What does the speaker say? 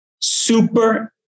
Super